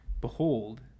Behold